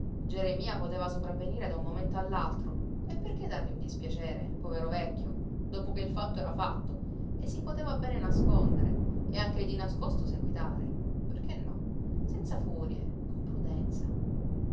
geremia poteva sopravvenire da un momento all'altro e perché dargli un dispiacere povero vecchio dopo che il fatto era fatto e si poteva bene nascondere e anche di nascosto seguitare perché no senza furie con prudenza